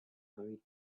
hurried